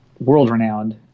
world-renowned